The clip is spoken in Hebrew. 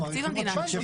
אני אומרת, הוא קשור.